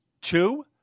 two